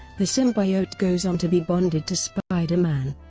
the symbiote goes on to be bonded to spider-man.